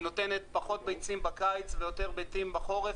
היא נותנת פחות ביצים בקיץ ויותר ביצים בחורף,